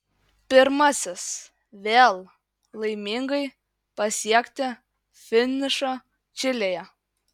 pirmasis vėl laimingai pasiekti finišą čilėje